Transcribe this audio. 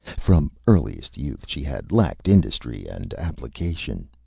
from earliest youth she had lacked industry and application.